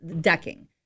decking